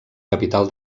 capital